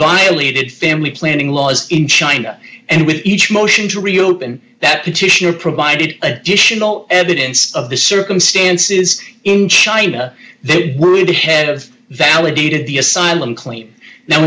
violated family planning laws in china and with each motion to reopen that petition or provided additional evidence of the circumstances in china they were ahead of validated the asylum claim now